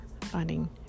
finding